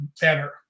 better